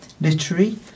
literary